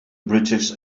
british